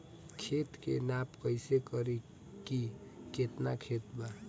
खेत के नाप कइसे करी की केतना खेत बा?